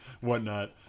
whatnot